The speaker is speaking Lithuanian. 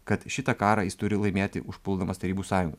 kad šitą karą jis turi laimėti užpuldamas tarybų sąjungą